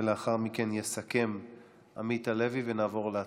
ולאחר מכן יסכם עמית הלוי ונעבור להצבעה.